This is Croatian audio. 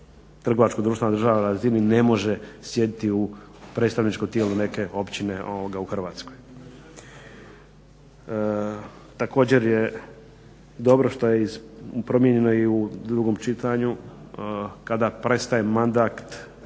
trgovačkog društva na državnoj razini ne može sjediti u predstavničkom tijelu neke općine u Hrvatskoj. Također je dobro što je promijenjeno i u drugom čitanju kada prestaje mandat